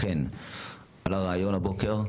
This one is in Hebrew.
לכן עלה הבוקר רעיון,